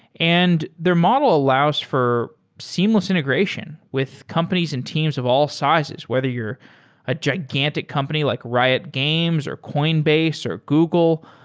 and their model allows for seamless integration with companies and teams of all sizes. whether you're a gigantic company like riot games, or coinbase, or google,